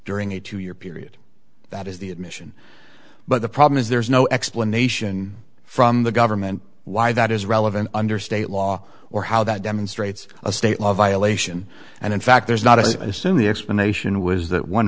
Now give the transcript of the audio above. during a two year period that is the admission but the problem is there's no explanation from the government why that is relevant under state law or how that demonstrates a state law violation and in fact there's not a assume the explanation was that one